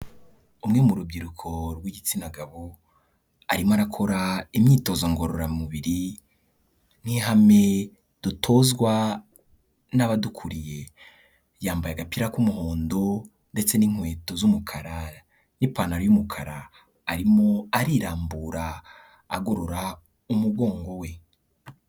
Umwe mu rubyiruko rw'igitsina gabo, arimo arakora imyitozo ngororamubiri nk'ihame dutozwa n'abadukuriye. Yambaye agapira k'umuhondo ndetse n'inkweto z'umukara n'ipantaro y'umukara, arimo arirambura agorora umugongo we.